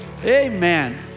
Amen